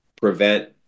prevent